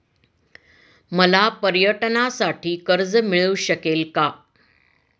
मला पर्यटनासाठी कर्ज मिळू शकेल का?